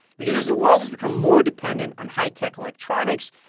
because as the world has become more dependent on high-tech electronics,